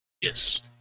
yes